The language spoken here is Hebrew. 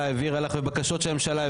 העבירה לך בבקשות שהממשלה העבירה לך?